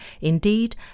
Indeed